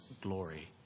glory